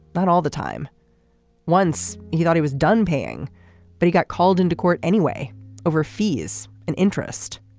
but all the time once he thought he was done paying but he got called into court anyway over fees and interest.